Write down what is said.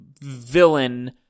villain